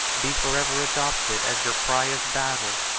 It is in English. be forever adopted as your cry of battle,